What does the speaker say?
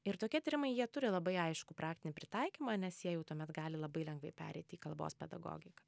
ir tokie tyrimai jie turi labai aiškų praktinį pritaikymą nes jie jau tuomet gali labai lengvai pereiti į kalbos pedagogiką